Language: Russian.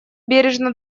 бережно